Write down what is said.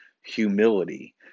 humility